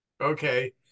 Okay